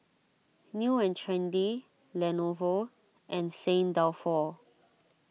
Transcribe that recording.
New and Trendy Lenovo and Saint Dalfour